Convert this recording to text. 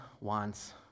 wants